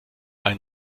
einen